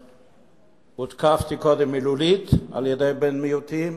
הותקפתי קודם מילולית על-ידי בן מיעוטים,